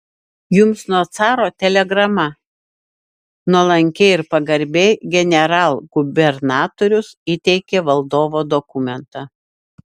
jums nuo caro telegrama nuolankiai ir pagarbiai generalgubernatorius įteikė valdovo dokumentą